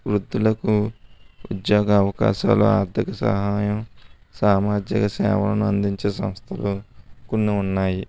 వృద్ధులకు ఉద్యోగ అవకాశాలు ఆర్థికసహాయం సామాజిక సేవలను అందించే సంస్థలు కొన్ని ఉన్నాయి